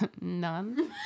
None